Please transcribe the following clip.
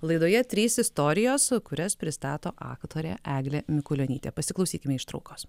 laidoje trys istorijos kurias pristato aktorė eglė mikulionytė pasiklausykime ištraukos